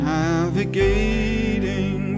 navigating